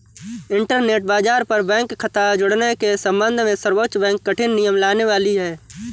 internet बाज़ार पर bank खता जुड़ने के सम्बन्ध में सर्वोच्च बैंक कठिन नियम लाने वाली है